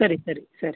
ಸರಿ ಸರಿ ಸರಿ